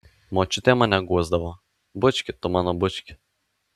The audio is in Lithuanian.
močiutė mane guosdavo bučki tu mano bučki